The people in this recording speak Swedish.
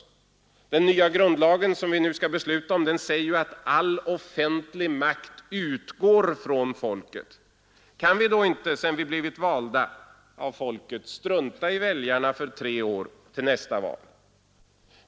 Den nya grundlag som vi nu skall besluta om säger att all offentlig makt utgår från folket. Kan vi då inte sedan vi blivit valda av folket strunta i väljarna för tre år — till nästa val?